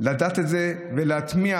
לדעת את זה ולהטמיע.